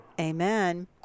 amen